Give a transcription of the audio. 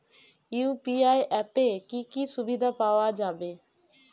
UPI অ্যাপে কি কি সুবিধা পাওয়া যাবে?